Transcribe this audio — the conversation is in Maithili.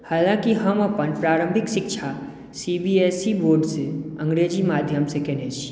हलाँकि हम अपन प्रारम्भिक शिक्षा सी बी एस ई बोर्डसँ अँग्रेजी माध्यमसँ कयने छी